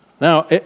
Now